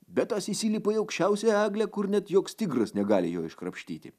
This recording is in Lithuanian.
bet tas įsilipa į aukščiausią eglę kur net joks tigras negali jo iškrapštyti